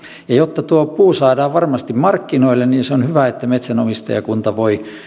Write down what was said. ja jotta tuo puu saadaan varmasti markkinoille on hyvä että metsänomistajakunta voi